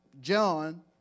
John